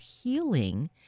healing